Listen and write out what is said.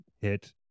hit